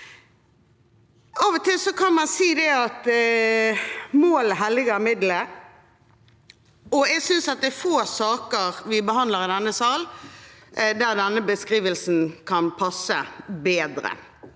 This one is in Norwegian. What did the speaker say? målet helliger midlet, og jeg synes det er få saker vi behandler i denne sal der denne beskrivelsen kan passe bedre.